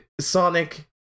Sonic